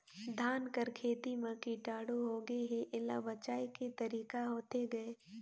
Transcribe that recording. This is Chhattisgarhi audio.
धान कर खेती म कीटाणु होगे हे एला बचाय के तरीका होथे गए?